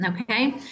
Okay